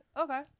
okay